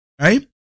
right